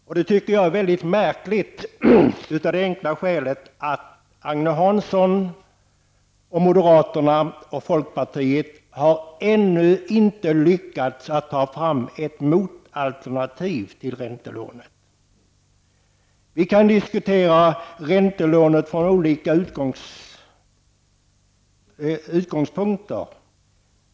Det är mycket märkligt, av det enkla skälet att Agne Hansson, moderaterna och folkpartiet ännu inte har lyckats att ta fram ett motalternativ till räntelånet. Vi kan diskutera räntelånet utifrån olika utgångspunkter.